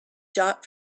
shop